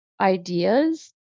ideas